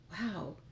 Wow